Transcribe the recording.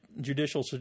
Judicial